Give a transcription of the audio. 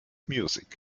music